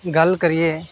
गल्ल करियै